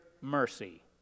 mercy